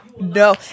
no